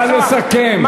נא לסכם.